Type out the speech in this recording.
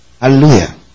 Hallelujah